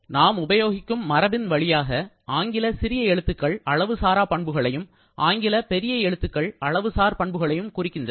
நாம் உபயோகிக்கும் மரபின் வழியாக ஆங்கில சிறிய எழுத்துக்கள் அளவு சாரா பண்புகளையும் ஆங்கில பெரிய எழுத்துக்கள் அளவுசார் பண்புகளையும் குறிக்கின்றன